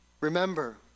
remember